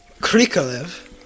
Krikalev